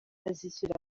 azishyura